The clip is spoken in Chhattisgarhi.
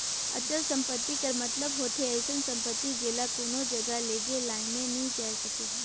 अचल संपत्ति कर मतलब होथे अइसन सम्पति जेला कोनो जगहा लेइजे लाने नी जाए सके